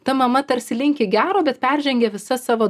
ta mama tarsi linki gero bet peržengia visas savo